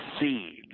seeds